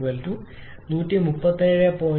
75 kJ kg ഒപ്പം v1 0